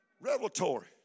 Revelatory